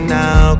now